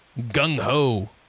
Gung-Ho